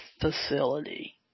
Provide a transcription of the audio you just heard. Facility